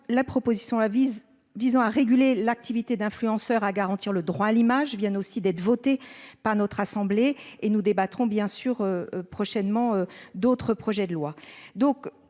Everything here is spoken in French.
la proposition la vise visant à réguler l'activité d'influenceurs à garantir le droit à l'image viennent aussi d'être votée par notre assemblée et nous débattrons bien sûr prochainement d'autres projets de loi.